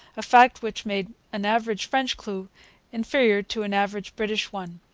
a fact which made an average french crew inferior to an average british one.